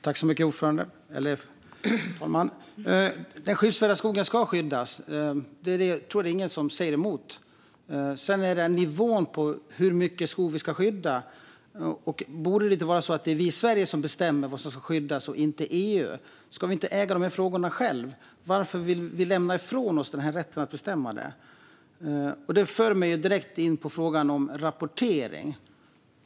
Fru talman! Den skyddsvärda skogen ska skyddas. Jag tror inte att det är någon som säger emot det. Sedan handlar det om nivån på hur mycket skog vi ska skydda. Borde det inte vara så att det är vi i Sverige som bestämmer vad som ska skyddas och inte EU? Ska vi inte äga de här frågorna själva? Varför ska vi lämna ifrån oss rätten att bestämma det? Det för mig direkt in på frågan om rapportering.